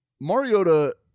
Mariota